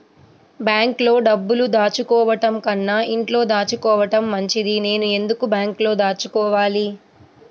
బ్యాంక్లో డబ్బులు దాచుకోవటంకన్నా ఇంట్లో దాచుకోవటం మంచిది నేను ఎందుకు బ్యాంక్లో దాచుకోవాలి?